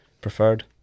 preferred